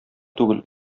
түгел